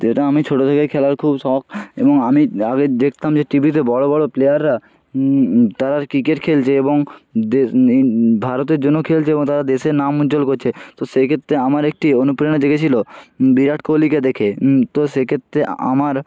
যেটা আমি ছোট থেকেই খেলার খুব শখ এবং আমি আগে দেখতাম যে টি ভিতে বড় বড় প্লেয়াররা তারা ক্রিকেট খেলছে এবং দেশ ভারতের জন্য খেলছে এবং তারা দেশের নাম উজ্জ্বল করছে তো সেইক্ষেত্রে আমার একটি অনুপ্রেরণা জেগেছিল বিরাট কোহলিকে দেখে তো সেক্ষেত্রে আমার